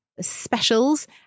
Specials